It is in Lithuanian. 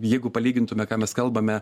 jeigu palygintume ką mes kalbame